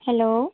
hello